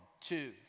two